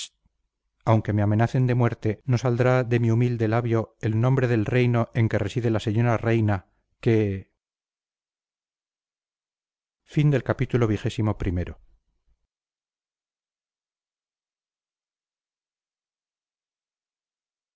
aunque me amenacen de muerte no saldrá de mi humilde labio el nombre del reino en que reside la señora reina que